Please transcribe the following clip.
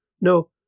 No